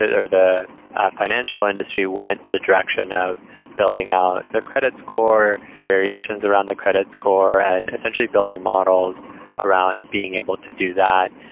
or the financial industry went the direction of building out the credit score, variations around the credit score and essentially building models around being able to do that.